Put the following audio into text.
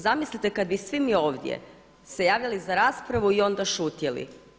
Zamislite kad bi svi mi ovdje se javljali za raspravu i onda šutjeli.